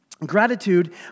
Gratitude